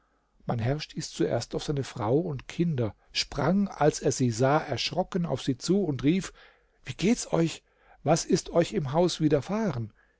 mein herr stieß zuerst auf seine frau und kinder sprang als er sie sah erschrocken auf sie zu und rief wie geht's euch was ist euch im haus